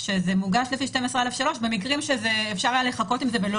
שזה מוגש לפי 12(א)(3) במקרים שאפשר היה לחכות עם זה ולא